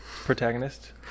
protagonist